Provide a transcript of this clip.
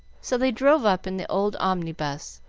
so they drove up in the old omnibus,